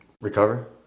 recover